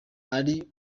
ari